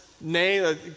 Nay